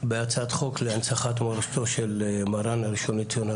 בהצעת חוק להנצחת מורשתו של מרן הראשון לציון,